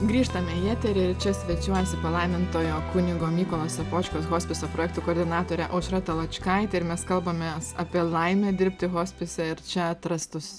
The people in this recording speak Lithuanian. grįžtame į eterį ir čia svečiuojasi palaimintojo kunigo mykolo sopočkos hospiso projektų koordinatorė aušra taločkaitė ir mes kalbamės apie laimę dirbti hospise ir čia atrastus